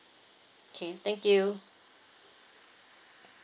okay thank you